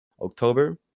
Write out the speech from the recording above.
october